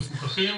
מפוקחים,